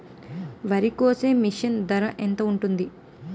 వరి కోసే మిషన్ ధర ఎంత ఉంటుంది?